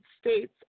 States